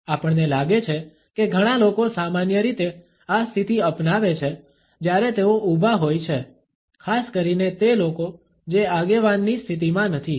આપણને લાગે છે કે ઘણા લોકો સામાન્ય રીતે આ સ્થિતિ અપનાવે છે જ્યારે તેઓ ઉભા હોય છે ખાસ કરીને તે લોકો જે આગેવાનની સ્થિતિમાં નથી